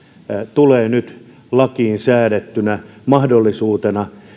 tulee nyt lakiin säädettynä mahdollisuutena